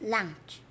Lunch